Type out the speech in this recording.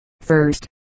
first